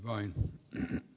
arvoisa puhemies